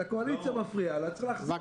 כשהקואליציה מפריעה לה צריך להזמין לה את הזמן.